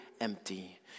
empty